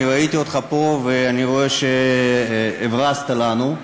אני ראיתי אותך פה ואני רואה שהברזת לנו,